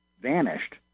vanished